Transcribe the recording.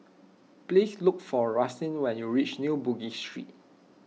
please look for Rustin when you reach New Bugis Street